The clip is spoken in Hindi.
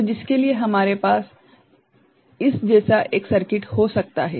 तो जिसके लिए हमारे पास इस जैसा एक सर्किट हो सकता है